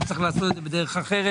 או צריך לעשות את זה בדרך אחרת.